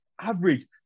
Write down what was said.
Average